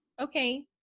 okay